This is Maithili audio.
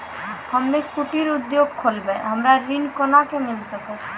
हम्मे कुटीर उद्योग खोलबै हमरा ऋण कोना के मिल सकत?